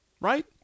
right